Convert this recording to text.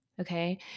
Okay